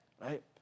right